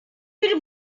bir